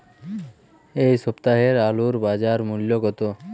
এ সপ্তাহের আলুর বাজার মূল্য কত?